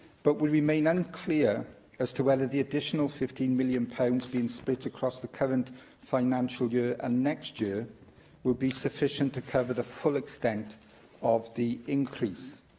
but we remain unclear as to whether the additional fifteen million pounds being split across the current financial year and next year will be sufficient to cover the full extent of the increase.